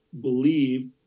believe